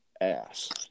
ass